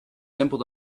simple